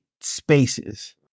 spaces